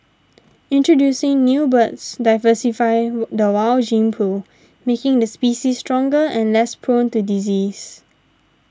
introducing new birds diversify the wild gene pool making the species stronger and less prone to disease